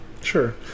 Sure